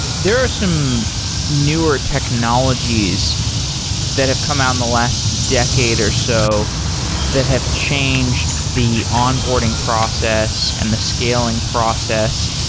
there are some newer technologies that have come out in the last decade or so that have changed the onboarding process and the scaling process.